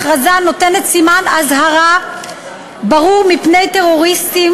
ההכרזה נותנת סימן אזהרה ברור מפני טרוריסטים